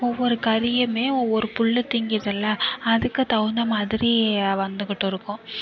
ஒவ்வொரு கறியுமே ஒவ்வொரு புல் திங்கிதில்ல அதுக்கு தகுந்த மாதிரி வந்துகிட்டு இருக்கும்